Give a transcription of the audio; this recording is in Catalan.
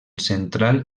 central